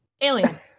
alien